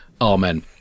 Amen